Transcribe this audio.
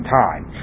time